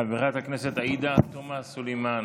חברת הכנסת עאידה תומא סלימאן,